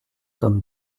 tome